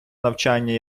навчання